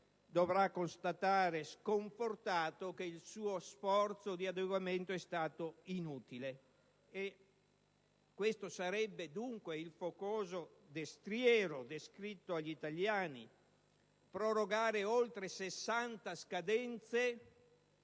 dovrà constatare sconfortato che il suo sforzo di adeguamento è stato inutile. Questo sarebbe, dunque, il focoso destriero descritto agli italiani? Prorogare oltre 60 scadenze